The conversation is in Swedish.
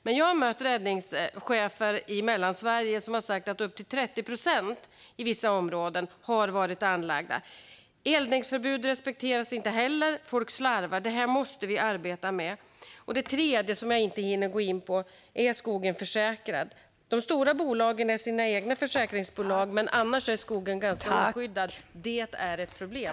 Jag har mött räddningschefer i Mellansverige som har sagt att upp till 30 procent av bränderna i vissa områden har varit anlagda. Eldningsförbud respekteras inte heller, och folk slarvar. Detta måste vi arbeta med. Det tredje som jag inte hinner gå in på är: Är skogen försäkrad? De stora bolagen är sina egna försäkringsbolag, men annars är skogen ganska oskyddad. Det är ett problem.